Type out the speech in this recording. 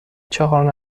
چهار